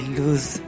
lose